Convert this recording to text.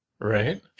Right